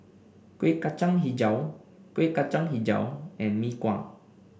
Kuih Kacang hijau Kuih Kacang hijau and Mee Kuah